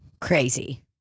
Crazy